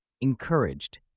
Encouraged